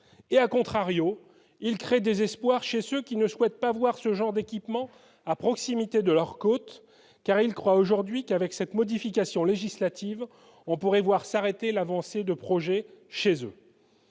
et, à contrario, il crée des espoirs chez ceux qui ne souhaitent pas voir ce genre d'équipement à proximité de leurs côtes car croit aujourd'hui qu'avec cette modification législative, on pourrait voir s'arrêter l'avancée de projets chez au